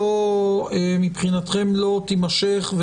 מבחינתכם לא תימשך,